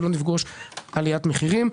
לא עליית מחירים.